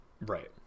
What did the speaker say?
Right